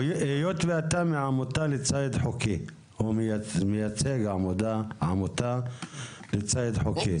היות ואתה מהעמותה לציד חוקי ומייצג עמותה לציד חוקי,